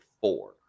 four